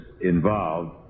involved